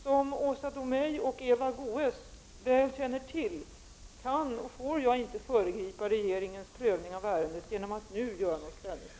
Som Åsa Domeij och Eva Goäs väl känner till kan och får jag inte föregripa regeringens prövning av ärendet genom att nu göra något ställningstagande.